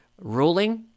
ruling